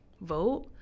vote